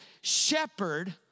shepherd